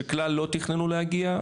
שכלל לא תכננו להגיע,